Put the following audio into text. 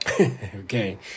okay